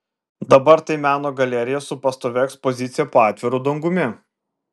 dabar tai meno galerija su pastovia ekspozicija po atviru dangumi